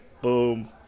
boom